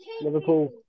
Liverpool